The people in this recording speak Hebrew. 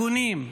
הגונים,